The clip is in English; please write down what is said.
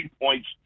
points